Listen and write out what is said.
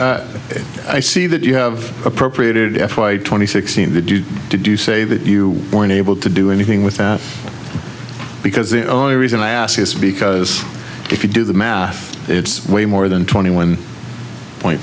chair i see that you have appropriated f y twenty six to do say that you weren't able to do anything without because the only reason i ask is because if you do the math it's way more than twenty one point